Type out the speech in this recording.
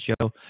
show